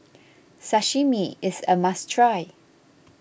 Sashimi is a must try